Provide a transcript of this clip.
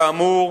כאמור,